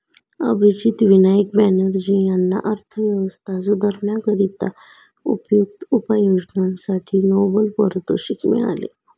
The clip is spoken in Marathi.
अभिजित विनायक बॅनर्जी यांना अर्थव्यवस्था सुधारण्याकरिता उपयुक्त उपाययोजनांसाठी नोबेल पारितोषिक मिळाले